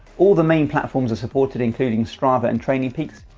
all the main platforms are supported including strava and training peaks.